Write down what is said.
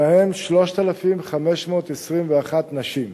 ובהם 3,521 נשים.